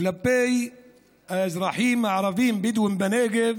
כלפי האזרחים הערבים הבדואים בנגב